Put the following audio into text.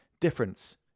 difference